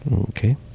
Okay